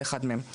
זה אחד מהם.